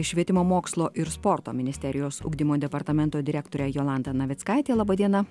švietimo mokslo ir sporto ministerijos ugdymo departamento direktorė jolanta navickaitė laba diena